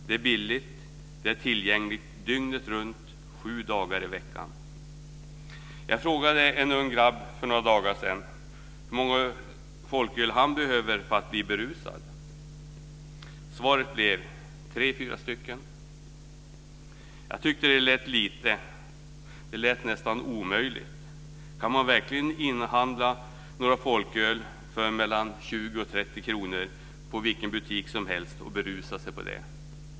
Det är billigt, och det är tillgängligt dygnet runt sju dagar i veckan. Jag frågade en ung grabb för några dagar sedan hur många folköl han behövde för att bli berusad. Svaret blev tre fyra stycken. Jag tyckte det lät nästan omöjligt. Kan man verkligen inhandla några folköl för 20-30 kr i vilken butik som helst och berusa sig på dem?